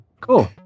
Cool